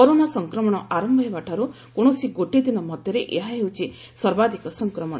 corona ସଂକ୍ରମଣ ଆରମ୍ଭ ହେବାଠାର୍ଚ କୌଣସି ଗୋଟିଏ ଦିନ ମଧ୍ୟରେ ଏହା ହେଉଛି ସର୍ବାଧିକ ସଂକ୍ରମଣ